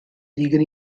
ddigon